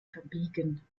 verbiegen